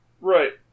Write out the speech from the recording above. Right